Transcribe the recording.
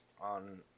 on